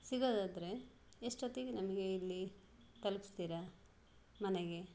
ಸಿಗೋದಾದ್ರೆ ಎಷ್ಟೊತ್ತಿಗೆ ನಮಗೆ ಇಲ್ಲಿ ತಲುಪಿಸ್ತೀರ ಮನೆಗೆ